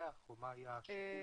"(ב)